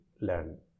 learn